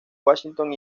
washington